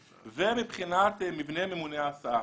מבחינת מבנה ממונה ההסעה.